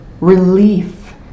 relief